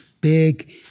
Big